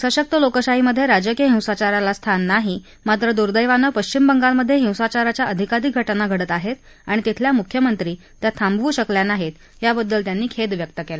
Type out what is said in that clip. सशक्त लोकशाहीमधे राजकीय हिंसाचाराला स्थान नाही मात्र दुर्देवाने पश्विम बंगालमधे हिंसाचाराच्या अधिकाधिक घटना घडत आहेत आणि तिथल्या मुख्यमंत्री त्या थांबवू शकल्या नाहीत याबद्दल त्यांनी खेद व्यक्त केला